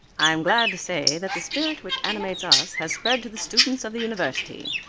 i am glad to say that the spirit which animates us has spread to the students of the university.